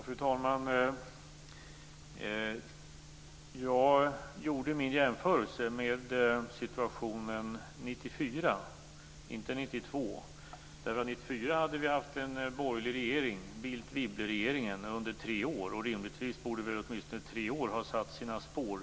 Fru talman! Min jämförelse gällde situationen 1994, inte 1992. 1994 hade vi ju under tre år haft en borgerlig regering, Bildt-Wibble-regeringen. Rimligtvis borde tre år ha satt sina spår.